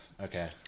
Okay